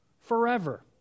forever